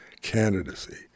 candidacy